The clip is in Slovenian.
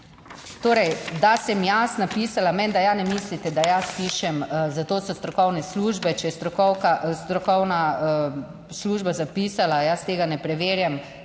torej da sem jaz napisala, menda ja ne mislite, da jaz pišem, za to so strokovne službe, če je strokovka, strokovna služba zapisala, jaz tega ne preverjam,